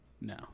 no